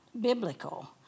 biblical